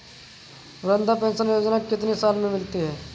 वृद्धा पेंशन योजना कितनी साल से मिलती है?